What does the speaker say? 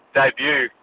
debut